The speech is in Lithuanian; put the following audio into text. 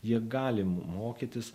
jie gali mokytis